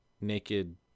naked